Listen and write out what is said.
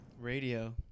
Radio